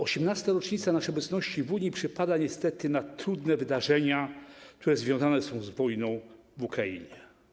18. rocznica naszej obecności w Unii przypada niestety na trudne wydarzenia, które są związane z wojną w Ukrainie.